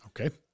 Okay